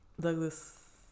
Douglas